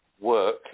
work